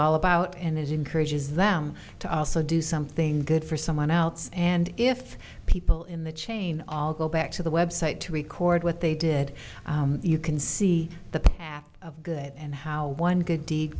all about and it encourages them to also do something good for someone else and if people in the chain all go back to the website to record what they did you can see the path of good and how one good deed